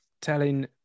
Telling